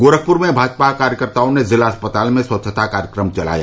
गोरखपूर में भाजपा कार्यकर्ताओं ने जिला अस्पताल में स्वच्छता कार्यक्रम चलाया